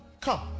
Come